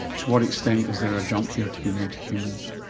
to what extent is there a jump here to be made to humans?